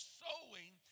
sowing